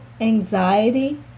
anxiety